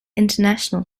international